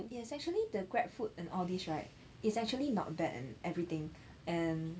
yes actually the grab food and all these right it's actually not bad and everything and